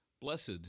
Blessed